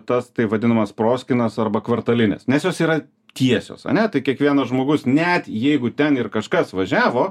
tas taip vadinamas proskynas arba kvartalines nes jos yra tiesios ane tai kiekvienas žmogus net jeigu ten ir kažkas važiavo